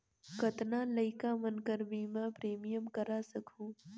कतना लइका मन कर बीमा प्रीमियम करा सकहुं?